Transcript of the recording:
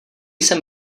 sem